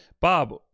Bob